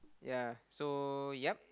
ya so yea